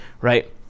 right